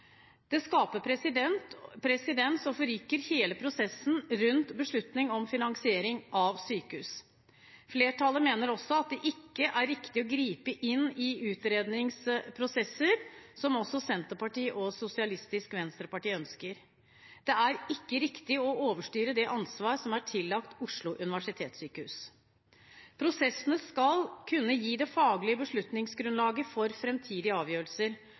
Det skaper presedens og forrykker hele prosessen rundt beslutning om finansiering av sykehus. Flertallet mener også at det ikke er riktig å gripe inn i utredningsprosesser, som Senterpartiet og Sosialistisk Venstreparti ønsker. Det er ikke riktig å overstyre det ansvar som er tillagt Oslo universitetssykehus. Prosessene skal kunne gi det faglige beslutningsgrunnlaget for framtidige avgjørelser,